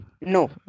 No